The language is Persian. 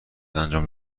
انجام